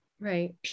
Right